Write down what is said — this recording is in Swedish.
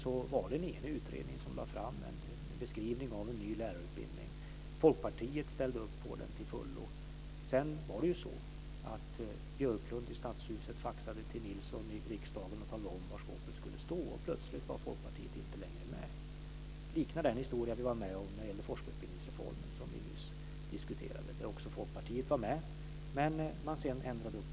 Det var en enig utredning som lade fram en beskrivning av en ny lärarutbildning. Folkpartiet ställde upp på den till fullo. Sedan faxade Björklund i Stadshuset till Nilsson i riksdagen och talade om var skåpet skulle stå, och plötsligt var Folkpartiet inte längre med. Det liknar den historia vi var med om när det gällde forskarutbildningsreformen, som vi nyss diskuterade. Även där var Folkpartiet med men ändrade sedan uppfattning.